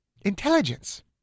intelligence